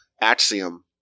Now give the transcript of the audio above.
axiom